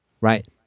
right